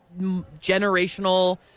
generational